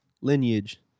lineage